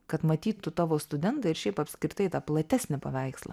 kad matytų tavo studentai ir šiaip apskritai tą platesnį paveikslą